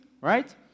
right